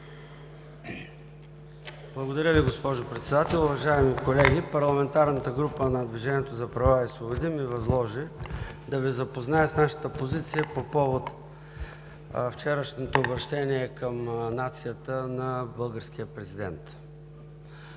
Благодаря Ви, госпожо Председател. Уважаеми колеги, парламентарната група на „Движение за права и свободи“ ми възложи да Ви запозная с нашата позиция по повод вчерашното обръщение на българския президент